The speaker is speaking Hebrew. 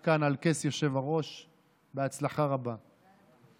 השני, 12,000